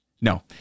No